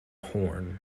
horn